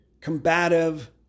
combative